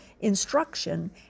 instruction